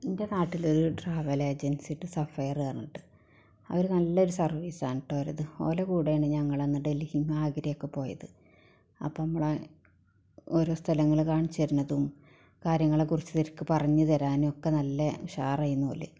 എൻ്റെ നാട്ടിൽ ഒരു ട്രാവൽ ഏജൻസി ഉണ്ട് സഫേറ് പറഞ്ഞിട്ട് കാറുണ്ട് അവർ നല്ല ഒരു സർവീസാണ് കേട്ടൊ അവർ അത് ഓലെ കൂടെയാണ് കേട്ടോ ഞങ്ങൾ അന്ന് ഡൽഹിയും ആഗ്ര ഒക്കെ പോയത് അപ്പം നമ്മളെ ഓരോ സ്ഥലങ്ങൾ കാണിച്ച് തരണതും കാര്യങ്ങളെ കുറിച്ച് ശരിക്ക് പറഞ്ഞ് തരാനും ഒക്കെ നല്ല ഉഷാറേനു ഓല്